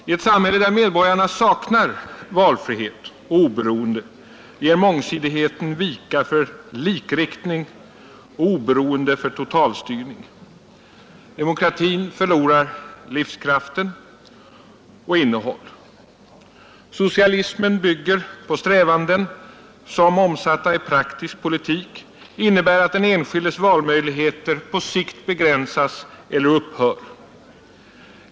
I ett samhällssystem där medborgarna saknar valfrihet och oberoende ger mångsidigheten vika för likriktning och oberoendet för totalstyrning. Demokratin förlorar livskraften och innehållet. Socialismen bygger på strävanden som omsatta i praktisk politik innebär att den enskildes valmöjligheter på sikt begränsas eller upphör.